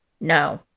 No